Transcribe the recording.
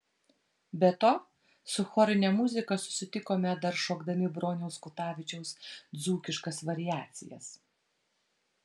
be to su chorine muzika susitikome dar šokdami broniaus kutavičiaus dzūkiškas variacijas